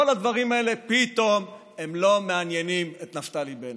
כל הדברים האלה פתאום לא מעניינים את נפתלי בנט.